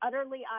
utterly